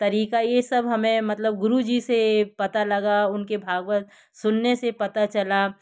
तरीका ये सब हमें मतलब गुरुजी से पता लगा उनके भागवत सुनने से पता चला